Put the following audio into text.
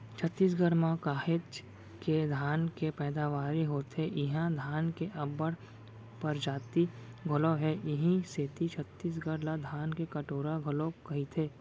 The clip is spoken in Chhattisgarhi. छत्तीसगढ़ म काहेच के धान के पैदावारी होथे इहां धान के अब्बड़ परजाति घलौ हे इहीं सेती छत्तीसगढ़ ला धान के कटोरा घलोक कइथें